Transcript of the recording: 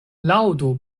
laŭdu